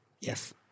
Yes